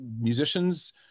musicians